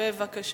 חוק ומשפט.